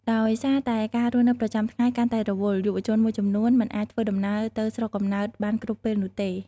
ដោយសារតែការរស់នៅប្រចាំថ្ងៃកាន់តែរវល់ យុវជនមួយចំនួនមិនអាចធ្វើដំណើរទៅស្រុកកំណើតបានគ្រប់ពេលនោះទេ។